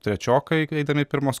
trečiokai kai eidami į pirmas